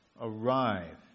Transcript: arrive